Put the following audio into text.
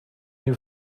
you